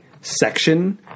section